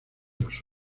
los